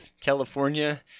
California